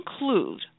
include